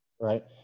Right